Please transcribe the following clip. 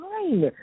fine